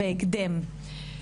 בהקדם.